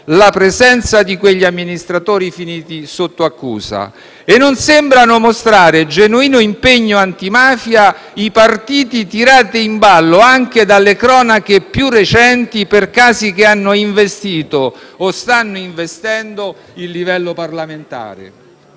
la presenza di quegli amministratori finiti sotto accusa. Non sembrano mostrare genuino impegno antimafia i partiti tirati in ballo anche dalle cronache più recenti per casi che hanno investito o stanno investendo il livello parlamentare.